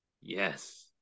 Yes